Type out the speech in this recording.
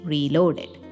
Reloaded